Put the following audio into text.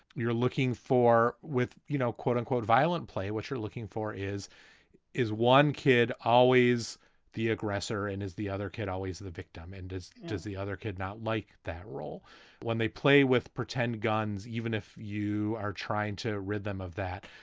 you're looking for with, you know, quote unquote violent play. what you're looking for is is one kid always the aggressor and is the other kid always the victim? and does the other kid not like that role when they play with pretend guns? even if you are trying to rhythm of that,